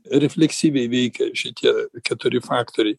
refleksyviai veikia šitie keturi faktoriai